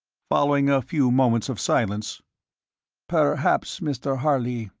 following a few moments of silence perhaps, mr. harley,